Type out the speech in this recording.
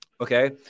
okay